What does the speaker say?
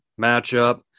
matchup